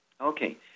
Okay